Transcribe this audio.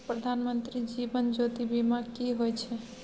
प्रधानमंत्री जीवन ज्योती बीमा की होय छै?